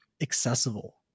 accessible